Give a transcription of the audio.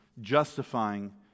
justifying